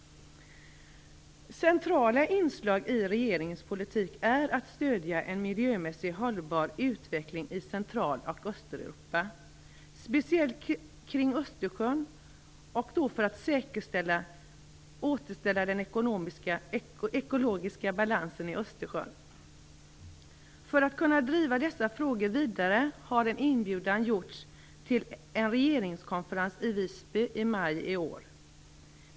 Centrala inslag i regeringens politik är att stödja en miljömässigt hållbar utveckling i Central och Östeuropa, speciellt kring Östersjön och för att återställa den ekologiska balansen i Östersjön. För att kunna driva dessa frågor vidare har en inbjudan gjorts till en regeringskonferens i Visby i maj i år.